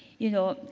you know,